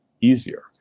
easier